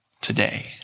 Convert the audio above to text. today